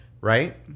Right